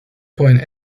point